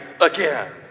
again